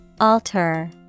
Alter